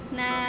na